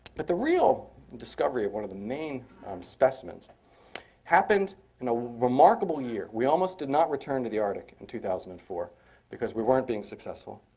but the real discovery of one of the main um specimens happened in a remarkable year. we almost did not return to the arctic in two thousand and four because we weren't being successful.